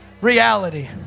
reality